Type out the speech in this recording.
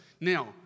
Now